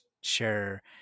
share